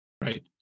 Right